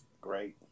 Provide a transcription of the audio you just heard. Great